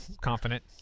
confident